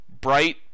bright